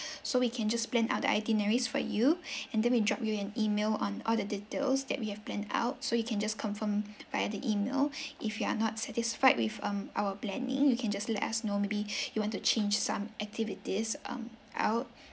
so we can just plan out the itineraries for you and then we drop you an email on all the details that we have planned out so you can just confirm via the email if you are not satisfied with um our planning you can just let us know maybe you want to change some activities um out